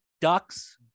ducks